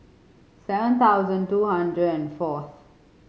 seven thousand two hundred and fourth